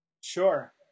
Sure